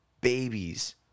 babies